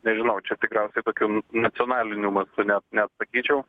nežinau čia tikriausiai kokiu nacionaliniu mastu net net sakyčiau